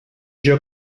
geo